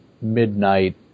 midnight